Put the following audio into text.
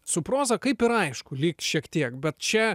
su proza kaip ir aišku lyg šiek tiek bet čia